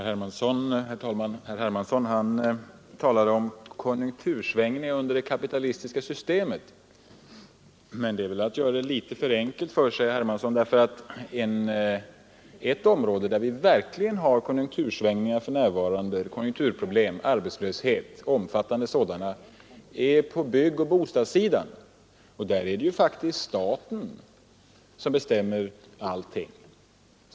Herr talman! Herr Hermansson talade om konjunktursvängningar under det kapitalistiska systemet. Det är väl att göra det litet för enkelt för sig, herr Hermansson. Ett område där vi verkligen har konjunktursvängningar för närvarande — konjunkturproblem och en omfattande arbetslöshet — är på byggoch bostadssidan. Och där är det faktiskt staten som bestämmer allting.